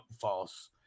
false